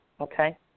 okay